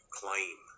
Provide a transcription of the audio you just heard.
claim